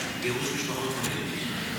גירוש משפחות מחבלים.